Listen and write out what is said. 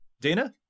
Dana